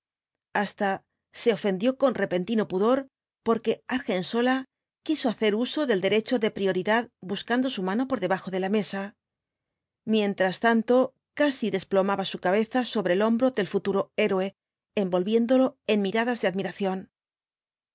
hasta se ofendió con repentino pudor porque argensola quiso hacer uso del derecho de prioridad buscando su mano por debajo de la mesa mientras tanto casi desplomaba su cabeza sobre el hombro del futuro héroe envolviéndolo en miradas de admiración